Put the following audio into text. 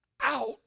out